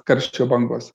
karščio bangos